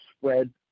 spread